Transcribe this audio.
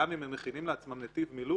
גם אם הם מכינים לעצמם נתיב מילוט,